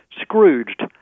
Scrooged